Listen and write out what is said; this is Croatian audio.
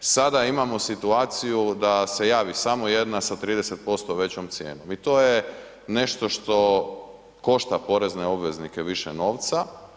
Sada imamo situaciju da se javi samo jedna sa 30% većom cijenom i to je nešto što košta porezne obveznike više novca.